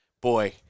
Boy